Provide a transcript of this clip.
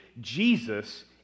Jesus